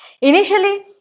Initially